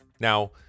Now